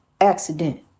accident